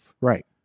Right